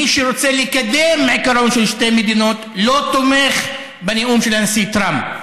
מי שרוצה לקדם עיקרון של שתי מדינות לא תומך בנאום של הנשיא טראמפ.